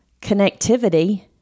connectivity